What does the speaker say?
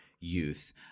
youth